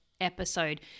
episode